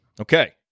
Okay